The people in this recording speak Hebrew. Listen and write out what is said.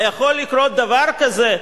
היכול לקרות דבר כזה?